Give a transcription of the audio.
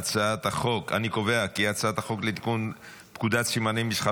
ההצעה להעביר את הצעת החוק לתיקון פקודת סימני מסחר